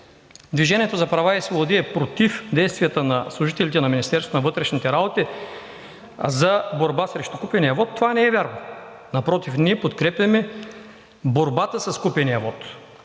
„Движение за права и свободи“ е против действията на служителите на Министерството на вътрешните работи за борба срещу купения вот, това не е вярно. Напротив, ние подкрепяме борбата с купения вот,